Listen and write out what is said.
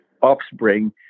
offspring